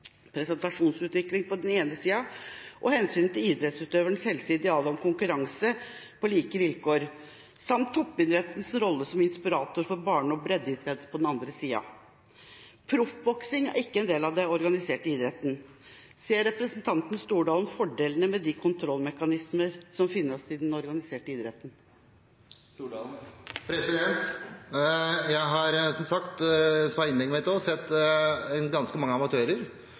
prestasjonsutvikling på den ene siden og hensynet til idrettsutøvernes helse, idealene om konkurranse på like vilkår, samt toppidrettens rolle som inspirator for barne- og breddeidrett på den andre siden.» Proffboksing er ikke en del av den organiserte idretten. Ser representanten Stordalen fordelene med de kontrollmekanismer som finnes i den organiserte idretten? Som jeg også sa i innlegget mitt, har jeg sett ganske mange